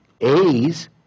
A's